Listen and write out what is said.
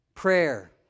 Prayer